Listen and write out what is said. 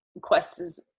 Quest's